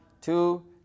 two